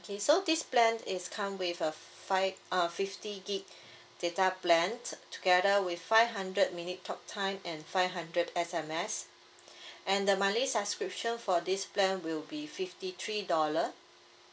K so this plan is come with a five uh fifty gig data plans together with five hundred minute talk time and five hundred S_M_S and the monthly subscription for this plan will be fifty three dollar